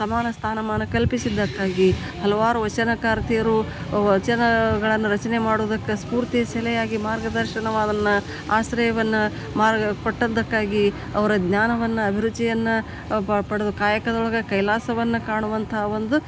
ಸಮಾನ ಸ್ಥಾನಮಾನ ಕಲ್ಪಿಸಿದ್ದಕ್ಕಾಗಿ ಹಲವಾರು ವಚನಕಾರ್ತಿಯರು ವಚನಗಳನ್ನು ರಚನೆ ಮಾಡುದಕ್ಕೆ ಸ್ಫೂರ್ತಿ ಸೆಲೆಯಾಗಿ ಮಾರ್ಗದರ್ಶನವನ್ನ ಆಶ್ರಯವನ್ನ ಮಾರ್ಗ ಕೊಟ್ಟಿದ್ದಕ್ಕಾಗಿ ಅವರ ಜ್ಞಾನವನ್ನು ಅಭಿರುಚಿಯನ್ನು ಪಡೆದು ಕಾಯಕದೊಳಗ ಕೈಲಾಸವನ್ನು ಕಾಣುವಂಥ ಒಂದು